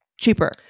cheaper